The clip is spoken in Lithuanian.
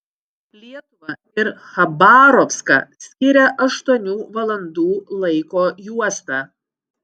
lietuvą ir chabarovską skiria aštuonių valandų laiko juosta